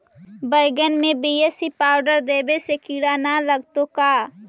बैगन में BAC powder देबे से किड़ा न लगतै का?